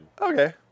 Okay